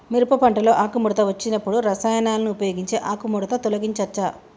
మిరప పంటలో ఆకుముడత వచ్చినప్పుడు రసాయనాలను ఉపయోగించి ఆకుముడత తొలగించచ్చా?